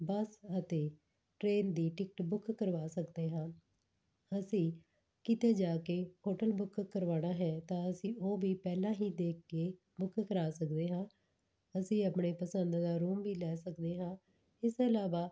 ਬਸ ਅਤੇ ਟਰੇਨ ਦੀ ticket book ਕਰਵਾ ਸਕਦੇ ਹਾਂ ਅਸੀਂ ਕਿਤੇ ਜਾ ਕੇ ਹੋਟਲ ਬੁੱਕ ਕਰਵਾਉਣਾ ਹੈ ਤਾਂ ਅਸੀਂ ਉਹ ਵੀ ਪਹਿਲਾਂ ਹੀ ਦੇਖ ਕੇ ਬੁੱਕ ਕਰਵਾ ਸਕਦੇ ਹਾਂ ਅਸੀਂ ਆਪਣੇ ਪਸੰਦ ਦਾ ਰੂਮ ਵੀ ਲੈ ਸਕਦੇ ਹਾਂ ਇਸ ਤੋਂ ਇਲਾਵਾ